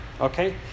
okay